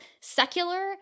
secular